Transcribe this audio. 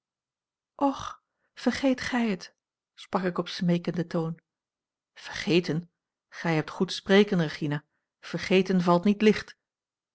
och vergeet gij het sprak ik op smeekenden toon vergeten gij hebt goed spreken regina vergeten valt niet licht